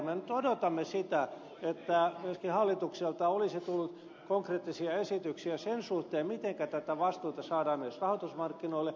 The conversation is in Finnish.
me nyt odotamme sitä että myöskin hallitukselta olisi tullut konkreettisia esityksiä sen suhteen mitenkä tätä vastuuta saadaan myös rahoitusmarkkinoille